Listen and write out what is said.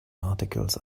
articles